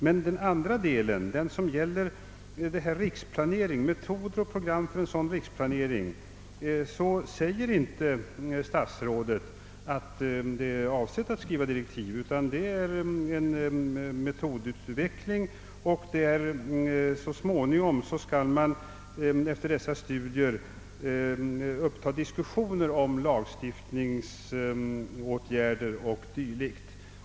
När det gäller den andra delen — den som rör metoder och program för en riksplanering — säger statsrådet att avsikten inte är att skriva några direktiv. Det skall i stället ske en metodutveckling, och efter dessa studier skall man så småningom uppta diskussioner om lagstiftningsåtgärder och dylikt.